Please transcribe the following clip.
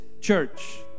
church